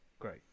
Great